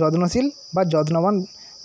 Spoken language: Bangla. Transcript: যত্নশীল বা যত্নবান